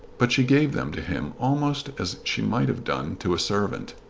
but she gave them to him almost as she might have done to a servant.